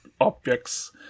objects